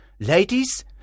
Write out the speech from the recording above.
Ladies